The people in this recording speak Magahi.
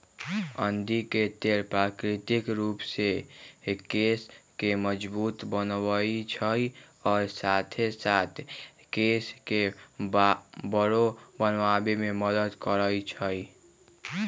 अंडी के तेल प्राकृतिक रूप से केश के मजबूत बनबई छई आ साथे साथ केश के बरो बनावे में मदद करई छई